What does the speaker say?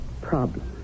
problem